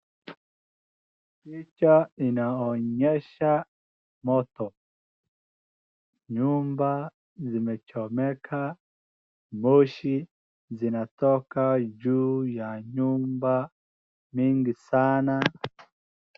Picha inaonyesha moto, nyumba imechomeka, moshi zinatoka juu ya nyumba mingi sana.